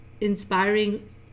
inspiring